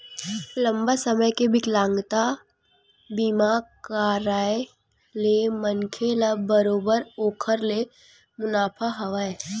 लंबा समे के बिकलांगता बीमा कारय ले मनखे ल बरोबर ओखर ले मुनाफा हवय